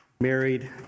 married